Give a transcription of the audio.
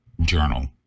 Journal